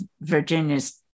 Virginia's